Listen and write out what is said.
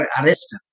arrested